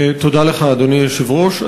תודה לך, אדוני היושב-ראש.